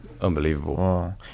unbelievable